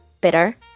bitter